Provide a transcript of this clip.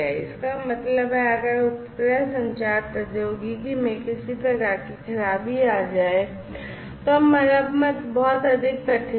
इसका मतलब है कि अगर उपग्रह संचार प्रौद्योगिकी में किसी प्रकार की खराबी आ रही है तो मरम्मत बहुत अधिक कठिन है